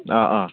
ꯑꯥ ꯑꯥ